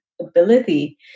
ability